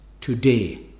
today